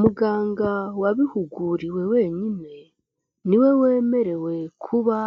Muganga wabihuguriwe wenyine ni we wemerewe kuba